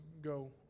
go